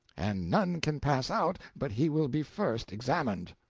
and none can pass out but he will be first examined.